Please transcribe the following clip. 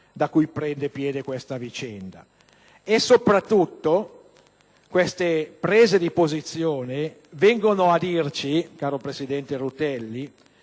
da cui prende piede questa vicenda. Soprattutto queste prese di posizione vengono a dirci, caro presidente Rutelli,